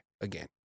again